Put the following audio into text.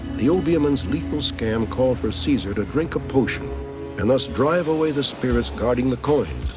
the obeah man's lethal scam called for caesar to drink a potion and thus drive away the spirits guarding the coins.